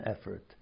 effort